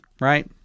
right